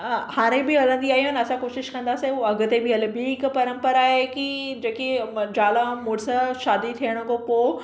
हाणे बि हलंदी आयूं आहिनि असां कोशिशि कंदासीं उहे अॻिते बि हले ॿी हिकु परम्परा आहे की जेकी म ज़ाल मुड़ुसु शादी थियणु खां पोइ